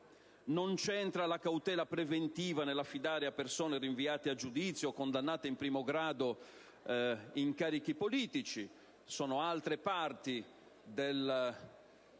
e nemmeno la cautela preventiva nell'affidare a persone rinviate a giudizio o condannate in primo grado incarichi politici. Sono altre parti del